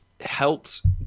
helps